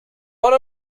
one